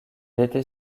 était